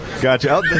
Gotcha